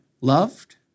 loved